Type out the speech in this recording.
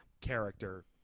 character